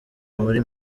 muri